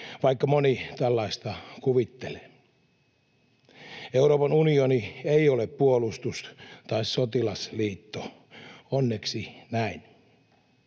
vaikka moni tällaista kuvittelee. Euroopan unioni ei ole puolustus‑ tai sotilasliitto — onneksi näin.